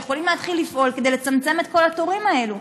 שיכולים להתחיל לפעול כדי לצמצם את כל התורים האלה.